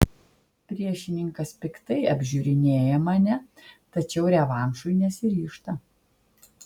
priešininkas piktai apžiūrinėja mane tačiau revanšui nesiryžta